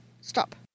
Stop